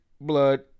Blood